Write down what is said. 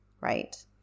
right